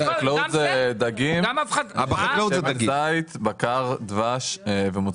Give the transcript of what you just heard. לא, לא, אני דווקא רוצה להישאר בפרה